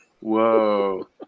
Whoa